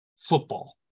football